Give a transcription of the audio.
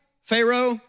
Pharaoh